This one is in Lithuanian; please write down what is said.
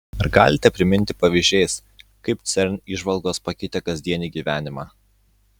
ar galite priminti pavyzdžiais kaip cern įžvalgos pakeitė kasdienį gyvenimą